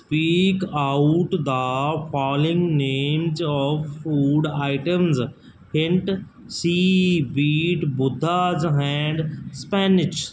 speak out the following names of food items hint sea beet Buddha's hand spinach